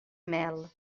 mel